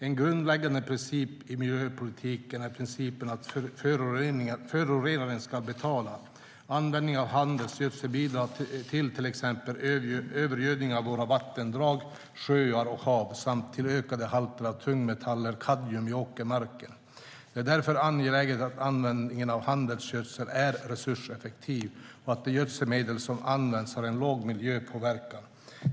En grundläggande princip i miljöpolitiken är principen att förorenaren ska betala. Användningen av handelsgödsel bidrar till exempel till övergödning av våra vattendrag, sjöar och hav samt till ökade halter av tungmetallen kadmium i åkermarken. Det är därför angeläget att användningen av handelsgödsel är resurseffektiv och att de gödselmedel som används har låg miljöpåverkan.